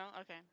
Okay